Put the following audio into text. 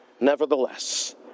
nevertheless